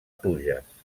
pluges